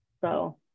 so-